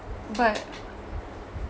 but